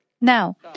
Now